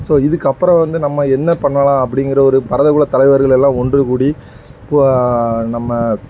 so இதுக்கப்புறம் வந்து நம்ம என்ன பண்ணலாம் அப்படிங்கற ஒரு பரதவ குல தலைவர்கள் எல்லாம் ஒன்றுக்கூடி நம்ம